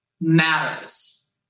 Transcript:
matters